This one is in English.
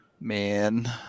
Man